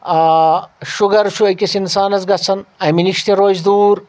sugar چھُ أکِس اِنسانَس گَژھان اَمہِ نِش تہِ روزِ دوٗر